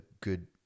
good